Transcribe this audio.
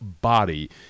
body